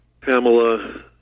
Pamela